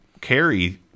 carry